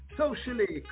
socially